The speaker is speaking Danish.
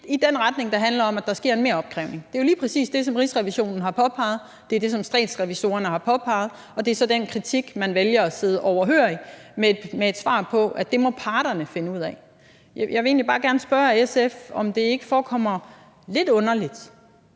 i den retning, der handler om, at der sker en meropkrævning. Det er jo lige præcis det, som Rigsrevisionen har påpeget, det er det, som Statsrevisorerne har påpeget, og det er så den kritik, man vælger at sidde overhørig med et svar om, at det må parterne finde ud af. Jeg vil egentlig bare gerne spørge SF, om det ikke forekommer lidt underligt,